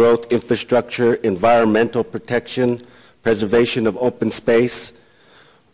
growth if the structure environmental protection preservation of open space